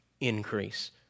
increase